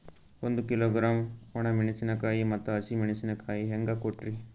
ಒಂದ ಕಿಲೋಗ್ರಾಂ, ಒಣ ಮೇಣಶೀಕಾಯಿ ಮತ್ತ ಹಸಿ ಮೇಣಶೀಕಾಯಿ ಹೆಂಗ ಕೊಟ್ರಿ?